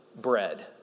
Bread